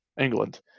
England